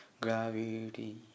gravity